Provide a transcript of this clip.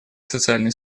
социальной